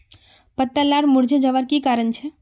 पत्ता लार मुरझे जवार की कारण छे?